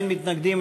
אין מתנגדים,